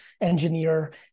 engineer